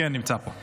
כן, הוא נמצא פה.